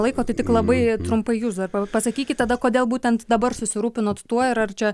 laiko tai tik labai trumpai jūs dar pa pasakykit tada kodėl būtent dabar susirūpinot tuo ir ar čia